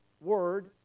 word